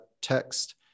text